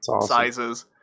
sizes